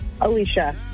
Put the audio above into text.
Alicia